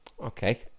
Okay